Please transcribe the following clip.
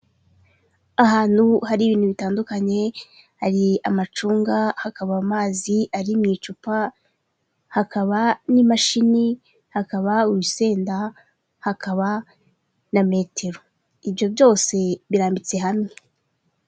Ahantu hari ibintu bitandukanye hari amacunga, hakaba amazi ari mu icupa, hakaba n'imashini, hakaba urusenda, hakaba na metero. Ibyo byose birambitse hamwe.